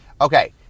okay